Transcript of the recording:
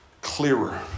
clearer